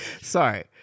Sorry